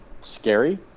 scary